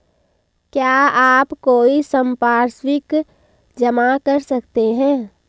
क्या आप कोई संपार्श्विक जमा कर सकते हैं?